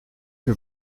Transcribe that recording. que